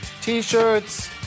T-shirts